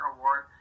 Award